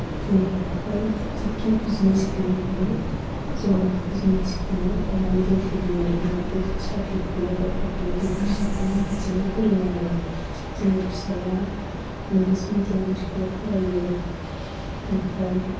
जोंनि न'खराव जिकि बिजनेस गैयामानो जों बिजनेसखौनो लानानै जों सोलियो आरो जोंनाथ' दा साख्रिबो गैया बाख्रिबो गैया जोंनि फिसाखौ बिदिनो फोरोङो आरो जोंनि फिसाया इंलिस मिडियाम स्कुलाव फरायो ओमफ्राय